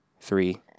three